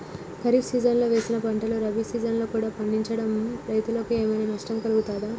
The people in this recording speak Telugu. ఖరీఫ్ సీజన్లో వేసిన పంటలు రబీ సీజన్లో కూడా పండించడం రైతులకు ఏమైనా నష్టం కలుగుతదా?